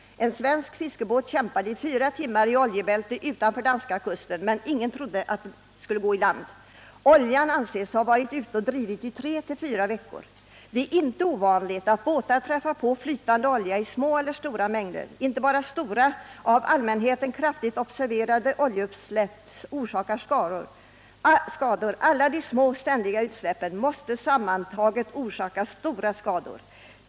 En svensk fiskebåt kämpade i fyra timmar i oljebältet utanför danska kusten, men ingen trodde att bältet skulle gå in till land. Oljan anses ha drivit i tre fyra veckor. Det är ej ovanligt att båtar träffar på flytande olja i små eller stora mängder. Inte bara stora, av allmänheten tydligt observerade oljeutsläpp orsakar skador —- alla de små, ständiga utsläppen måste sammantaget orsaka stora skador.